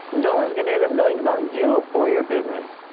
no one's gonna end up knowing about you or your business.